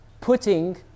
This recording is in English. putting